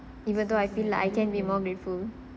even though I feel like I can be more grateful